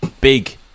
big